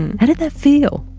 and how did that feel?